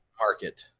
market